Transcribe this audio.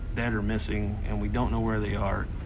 that are missing, and we don't know where they are.